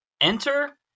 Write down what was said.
Enter